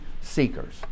seekers